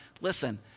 listen